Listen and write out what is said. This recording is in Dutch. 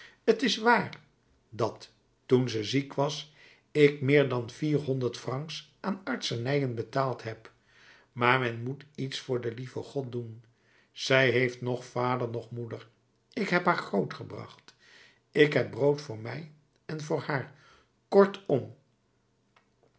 t is waar dat toen ze ziek was ik meer dan vierhonderd francs aan artsenijen betaald heb maar men moet iets voor den lieven god doen zij heeft noch vader noch moeder ik heb haar grootgebracht ik heb brood voor mij en voor haar kortom